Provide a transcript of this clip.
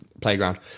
playground